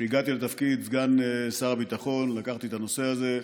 כשהגעתי לתפקיד סגן שר הביטחון לקחתי את הנושא הזה.